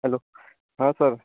hello हाँ sir